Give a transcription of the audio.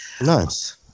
Nice